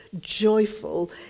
joyful